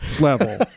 level